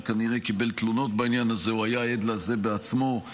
שכנראה קיבל תלונות בעניין הזה או היה עד לזה בעצמו,